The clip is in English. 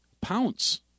Pounce